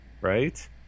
right